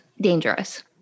dangerous